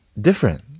different